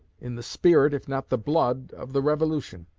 in the spirit, if not the blood, of the revolution.